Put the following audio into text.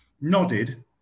nodded